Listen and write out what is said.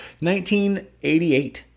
1988